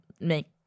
make